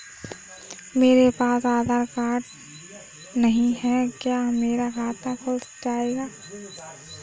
मेरे पास आधार कार्ड नहीं है क्या मेरा खाता खुल जाएगा?